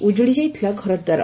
ଉଜୁଡି ଯାଇଥିଲା ଘରଦ୍ୱାର